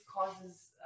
causes